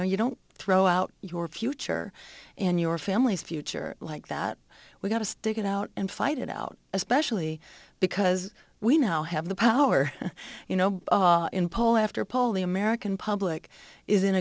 know you don't throw out your future and your family's future like that we got to stick it out and fight it out especially because we now have the power you know in poll after poll the american public is in